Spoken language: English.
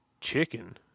Chicken